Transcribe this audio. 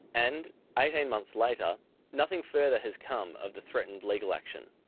and eighteen months later nothing further has come of the threatened legal action.